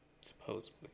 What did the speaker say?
Supposedly